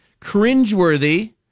cringeworthy